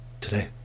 Today